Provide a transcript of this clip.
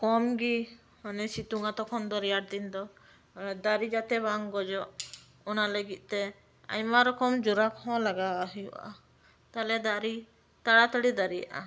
ᱠᱚᱢ ᱜᱮ ᱢᱟᱱᱮ ᱥᱤᱛᱩᱝ ᱟ ᱨᱮᱭᱟᱲ ᱫᱤᱱ ᱫᱚ ᱫᱟᱹᱨᱤ ᱡᱟᱹᱛᱮ ᱵᱟᱝ ᱜᱚᱡᱚᱜ ᱚᱱᱟ ᱞᱟᱹᱜᱤᱫ ᱛᱮ ᱟᱭᱢᱟ ᱨᱚᱠᱚᱢ ᱡᱚᱨᱟ ᱠᱚᱦᱚᱸ ᱞᱟᱜᱟᱣᱟᱜ ᱦᱩᱭᱩᱜᱼᱟ ᱛᱟᱦᱚᱞᱮ ᱫᱟᱹᱨᱤ ᱛᱟᱲᱟ ᱛᱟᱹᱲᱤ ᱫᱟᱨᱤᱜᱼᱟ